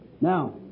Now